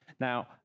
Now